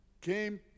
came